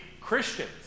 Christians